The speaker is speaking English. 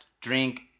drink